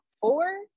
four